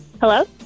Hello